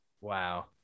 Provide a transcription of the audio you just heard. Wow